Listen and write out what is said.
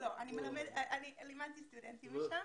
לא, אבל לימדתי סטודנטים משם.